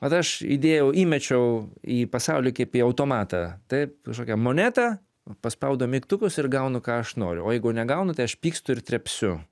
vat aš įdėjau įmečiau į pasaulį kaip į automatą taip kažkokią monetą paspaudau mygtukus ir gaunu ką aš noriu o jeigu negaunu tai aš pykstu ir trepsiu